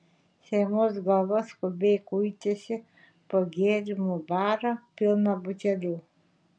šeimos galva skubiai kuitėsi po gėrimų barą pilną butelių